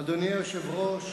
אדוני היושב-ראש.